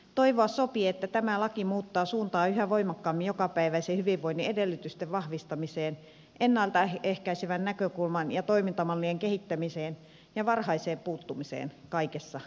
toivoa sopii että tämä laki muuttaa suuntaa yhä voimakkaammin jokapäiväisen hyvinvoinnin edellytysten vahvistamiseen ennalta ehkäisevän näkökulman ja toimintamallien kehittämiseen ja varhaiseen puuttumiseen kaikessa toiminnassa